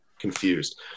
confused